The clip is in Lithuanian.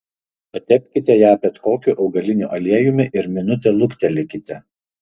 patepkite ją bet kokiu augaliniu aliejumi ir minutę luktelėkite